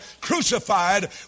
crucified